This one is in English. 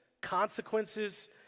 consequences